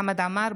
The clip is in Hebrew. חמד עמאר,